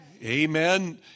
Amen